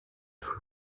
who